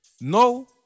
No